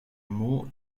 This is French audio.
mot